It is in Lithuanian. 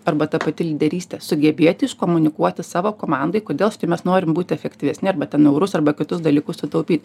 arba ta pati lyderystė sugebėti iškomunikuoti savo komandai kodėl mes norim būt efektyvesni arba ten eurus arba kitus dalykus sutaupyt